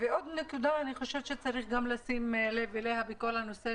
עוד נקודה שאני חושבת שצריך גם לשים לב אליה בכל נושא